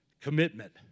commitment